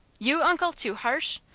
you, uncle, too harsh!